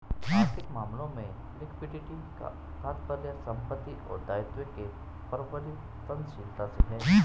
आर्थिक मामलों में लिक्विडिटी का तात्पर्य संपत्ति और दायित्व के परिवर्तनशीलता से है